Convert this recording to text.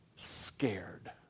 scared